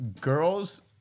girls